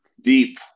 Deep